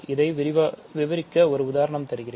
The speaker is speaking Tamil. இதை விவரிக்க ஒரு உதாரணம் தருகிறேன்